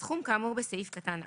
סכום כאמור בסעיף קטן (א)